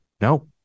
no